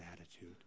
attitude